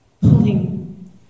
pulling